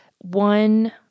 one